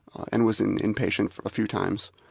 and was in inpatient a few times.